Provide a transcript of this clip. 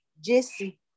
Jesse